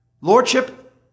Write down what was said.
Lordship